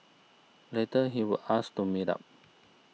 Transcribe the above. later he would ask to meet up